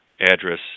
address